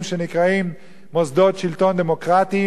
שנקראים מוסדות שלטון דמוקרטיים,